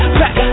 back